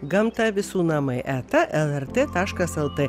gamta visų namai eta lrt taškas lt